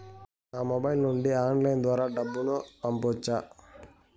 నా మొబైల్ నుండి ఆన్లైన్ ద్వారా డబ్బును పంపొచ్చా